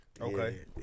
Okay